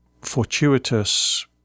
fortuitous